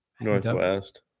northwest